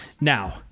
Now